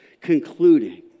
concluding